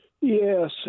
Yes